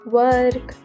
work